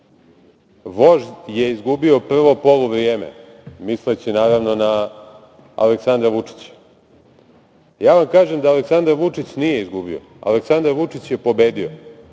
Vožd je izgubio prvo poluvrijeme, misleći, naravno, na Aleksandra Vučića. Ja vam kažem da Aleksandar Vučić nije izgubio. Aleksandar Vučić je pobedio.